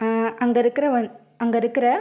அங்கே இருக்கிற வ அங்கே இருக்கிற